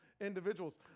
individuals